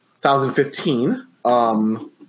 2015